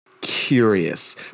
curious